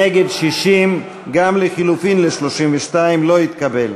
נגד, 60. גם לחלופין 32 לא התקבל.